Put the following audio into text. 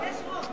יש לכם רוב,